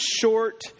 Short